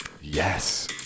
yes